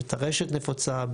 בטרשת נפוצה,